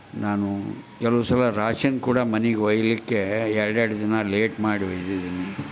ನಾನು ಕೆಲವು ಸಲ ರಾಷನ್ ಕೂಡ ಮನಿಗೆ ಒಯ್ಲಿಕ್ಕೆ ಎರಡು ಎರಡು ದಿನ ಲೇಟ್ ಮಾಡಿ ಒಯ್ದಿದ್ದೀನಿ